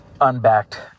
unbacked